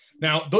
Now